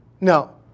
Now